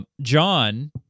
John